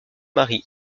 marie